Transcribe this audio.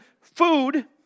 food